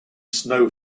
snow